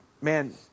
man